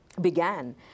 began